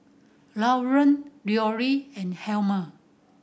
Lauren Leroy and Helmer